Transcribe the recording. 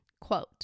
Quote